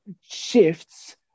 shifts